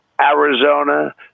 Arizona